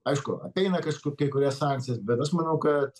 aišku apeina kažkur kai kurias sankcijas bet aš manau kad